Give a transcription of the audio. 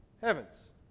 heavens